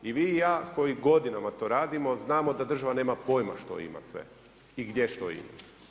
I vi i ja koji godinama to radimo znamo da država nema pojma što ima sve i gdje što ima.